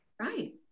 Right